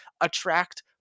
attract